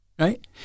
Right